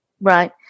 Right